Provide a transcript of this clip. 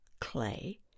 clay